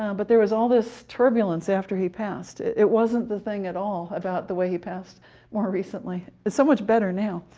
um but there was all this turbulence after he passed. it wasn't the thing at all about the way he passed more recently it's so much better now.